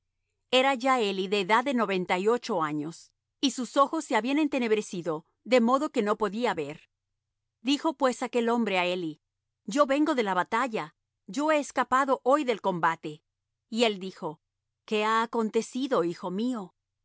era ya eli de edad de noventa y ocho años y sus ojos se habían entenebrecido de modo que no podía ver dijo pues aquel hombre á eli yo vengo de la batalla yo he escapado hoy del combate y él dijo qué ha acontecido hijo mío